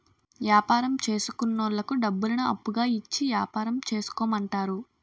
యాపారం చేసుకున్నోళ్లకు డబ్బులను అప్పుగా ఇచ్చి యాపారం చేసుకోమంటారు